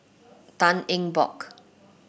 Tan Eng Bock